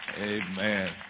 amen